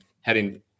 heading